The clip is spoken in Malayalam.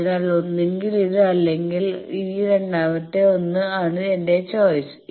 അതിനാൽ ഒന്നുകിൽ ഇത് അല്ലെങ്കിൽ ഈ രണ്ടാമത്തെ 1 ആണ് എന്റെ ചോയ്സ്